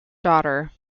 daughter